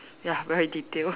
ya very detailed